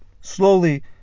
slowly